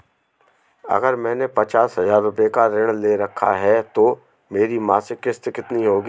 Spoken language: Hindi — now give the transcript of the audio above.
अगर मैंने पचास हज़ार रूपये का ऋण ले रखा है तो मेरी मासिक किश्त कितनी होगी?